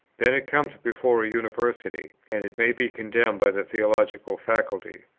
then it comes before a university, and it may be condemned by the theological faculty.